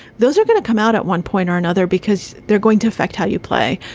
those are going to come out at one point or another because they're going to affect how you play.